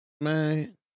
Man